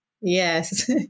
Yes